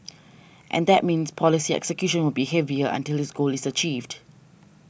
and that means policy execution will be heavier until his goal is achieved